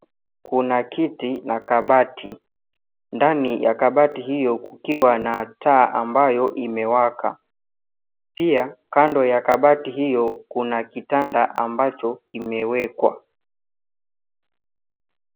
Kuna kiti na kabati. Ndani ya kabati hio kukiwa na taa ambayo imewaka. Pia kando ya kabati hio kuna kitanda ambacho kimewekwa.